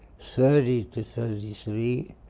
thirty to so thirty three